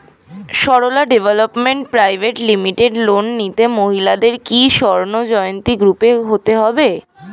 Sarala development private limited loan নিতে মহিলাদের কি স্বর্ণ জয়ন্তী গ্রুপে হতে হবে?